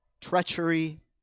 treachery